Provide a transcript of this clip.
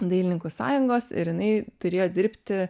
dailininkų sąjungos ir jinai turėjo dirbti